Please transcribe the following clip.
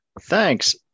Thanks